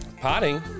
potting